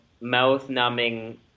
mouth-numbing